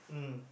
mm